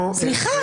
אנחנו --- סליחה,